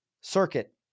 circuit